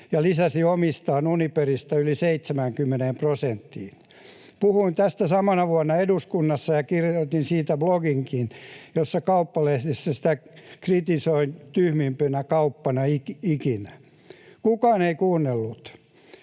ja lisäsi omistusosuuttaan Uniperista yli 70 prosenttiin. Puhuin tästä samana vuonna eduskunnassa ja kirjoitin siitä bloginkin ja Kauppalehdessä kritisoin sitä tyhmimpänä kauppana ikinä. Kukaan ei kuunnellut.